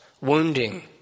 wounding